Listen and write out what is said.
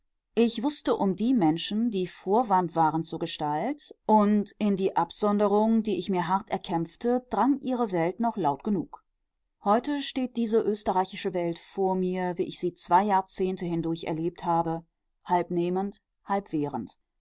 ich wußte um die menschen die vorwand waren zur gestalt und in die absonderung die ich mir hart erkämpfte drang ihre welt noch laut genug heute steht diese österreichische welt vor mir wie ich sie zwei jahrzehnte hindurch erlebt habe halb nehmend halb